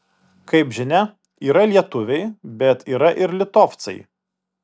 kaip žinia yra lietuviai bet yra ir litovcai